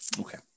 Okay